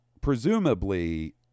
presumably